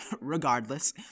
regardless